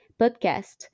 podcast